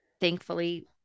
thankfully